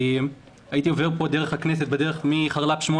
הייתי עובר דרך הכנסת מרחוב חרל"פ 8